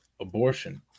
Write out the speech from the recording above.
abortion